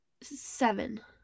Seven